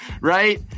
Right